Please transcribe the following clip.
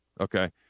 Okay